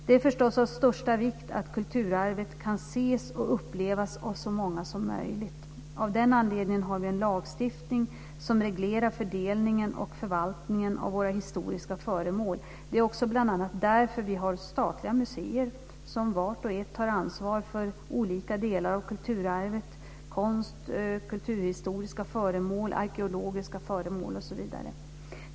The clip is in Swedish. Det är förstås av största vikt att kulturarvet kan ses och upplevas av så många som möjligt. Av den anledningen har vi en lagstiftning som reglerar fördelningen och förvaltningen av våra historiska föremål. Det är också bl.a. därför vi har statliga museer, som vart och ett har ansvar för olika delar av kulturarvet; konst, kulturhistoriska föremål, arkeologiska föremål osv.